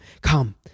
come